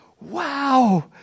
Wow